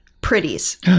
Pretties